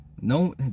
no